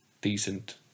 decent